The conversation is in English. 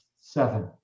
seven